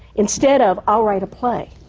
instead of i'll write a play.